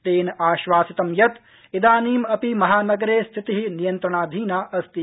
तेन आश्वासितं यत् इदानीम् अपि महानगरे स्थिति नियन्त्रणाधीना अस्ति